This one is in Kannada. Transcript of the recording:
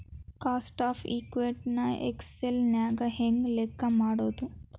ಕಾಸ್ಟ್ ಆಫ್ ಇಕ್ವಿಟಿ ನ ಎಕ್ಸೆಲ್ ನ್ಯಾಗ ಹೆಂಗ್ ಲೆಕ್ಕಾ ಮಾಡೊದು?